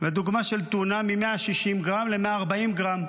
לדוגמה של טונה מ-160 גרם ל-140 גרם.